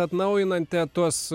atnaujinate tuos